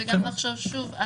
וגם עכשיו שוב,